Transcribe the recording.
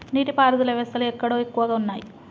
నీటి పారుదల వ్యవస్థలు ఎక్కడ ఎక్కువగా ఉన్నాయి?